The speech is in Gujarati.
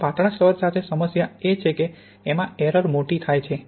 હવે પાતળા સ્તર સાથે સમસ્યા એ છે કે એમાં એરર મોટી થાય છે